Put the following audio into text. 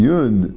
Yud